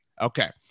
Okay